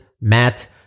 Matt